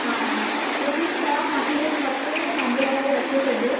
हा हा हा त ठीकु आहे मूंखे इहा खपे मुंहिंजे लाइ इहा रखे छॾिजो